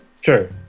Sure